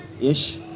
ish